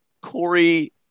Corey